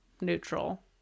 neutral